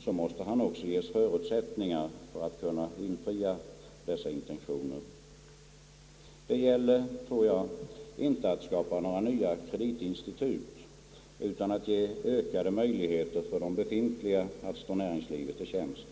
så måste regeringen också skapa förutsättningar för att han skall kunna infria dessa intentioner, Det gäller, tror jag, inte att skapa några nya kreditinstitut utan att ge ökade möjligheter för de befintliga att stå näringslivet till tjänst.